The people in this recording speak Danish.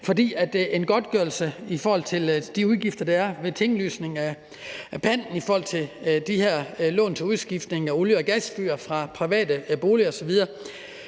for en godtgørelse af de udgifter, der er ved tinglysning af pantet for de her lån til udskiftning af olie- og gasfyr i private boliger osv.,